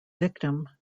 victim